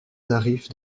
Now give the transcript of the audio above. tarif